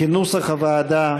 כנוסח הוועדה,